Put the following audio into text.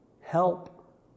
Help